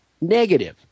negative